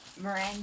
Meringue